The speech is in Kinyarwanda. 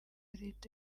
leta